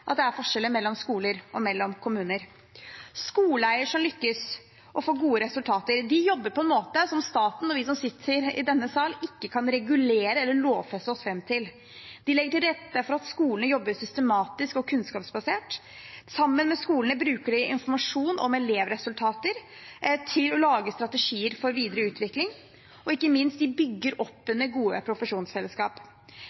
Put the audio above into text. at det er forskjeller mellom skoler og mellom kommuner. Skoleeiere som lykkes og får gode resultater, jobber på en måte som staten og vi som sitter i denne sal, ikke kan regulere eller lovfeste oss fram til. De legger til rette for at skolene jobber systematisk og kunnskapsbasert. Sammen med skolene bruker de informasjonen om elevresultater til å lage strategier for videre utvikling, og ikke minst bygger de opp